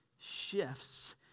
shifts